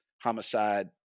homicide